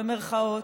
במירכאות,